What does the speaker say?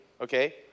okay